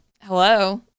Hello